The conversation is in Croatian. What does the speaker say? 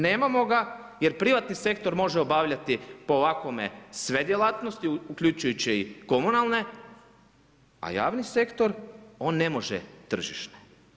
Nemamo ga, jer privatni sektor može obavljati po ovakvome sve djelatnosti uključujući i komunalne, a javni sektor on ne može tržišne.